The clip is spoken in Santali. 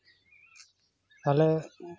ᱛᱟᱦᱚᱞᱮ